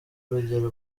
urugero